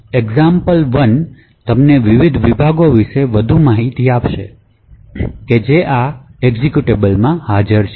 example1 તમને વિવિધ વિભાગો વિશે વધુ માહિતી આપશે કે જે આ એક્ઝિક્યુટેબલમાં હાજર છે